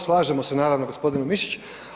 Slažemo se naravno gospodine Mišić.